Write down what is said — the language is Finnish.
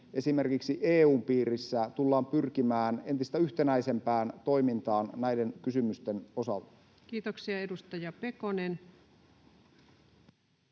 esimerkiksi EU:n piirissä tullaan pyrkimään entistä yhtenäisempään toimintaan näiden kysymysten osalta? Kiitoksia. — Edustaja Pekonen.